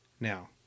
Now